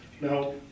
Now